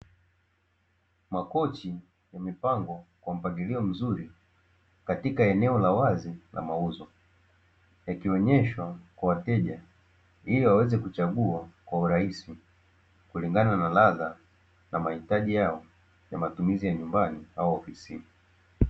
Makochi yamepangwa kwa mpangilio mzuri katika eneo la wazi la mauzo, yakionyeshwa kwa wateja ili waweze kuchagua kwa urahisi kulingana na radha na mahitaji yao ya matumizi ya nyumbani au ofisini.